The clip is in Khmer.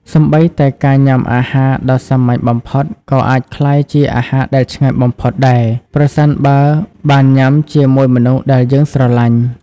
សូម្បីតែការញ៉ាំអាហារដ៏សាមញ្ញបំផុត ក៏អាចក្លាយជាអាហារដែលឆ្ងាញ់បំផុតដែរ ប្រសិនបើវបានញ៉ាំជាមួយមនុស្សដែលយើងស្រឡាញ់។